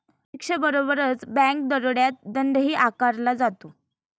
शिक्षेबरोबरच बँक दरोड्यात दंडही आकारला जातो